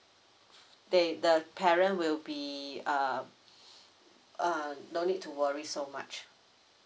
they the the parent will be uh uh no need to worry so much